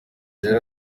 jolly